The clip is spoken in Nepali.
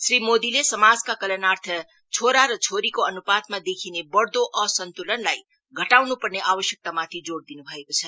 श्री मोदीले समाजका कल्याणार्थ छोरा र छोरीको अनुपातमा देखिने बढ़वो असन्तुलनलाई घटाउनु पर्ने आवश्यकतामाथि जोइ दिनु भएको छ